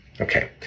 Okay